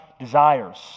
desires